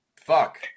Fuck